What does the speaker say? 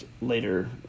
later